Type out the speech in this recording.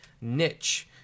niche